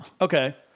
Okay